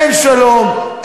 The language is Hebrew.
אין שלום,